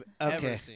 Okay